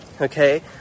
okay